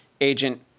Agent